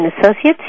Associates